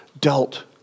dealt